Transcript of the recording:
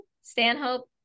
Stanhope